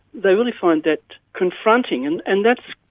they really find that confronting, and and that's,